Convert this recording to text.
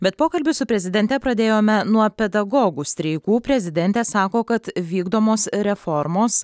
bet pokalbį su prezidente pradėjome nuo pedagogų streikų prezidentė sako kad vykdomos reformos